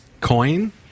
Coin